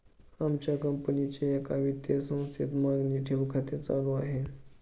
आमच्या कंपनीचे एका वित्तीय संस्थेत मागणी ठेव खाते चालू आहे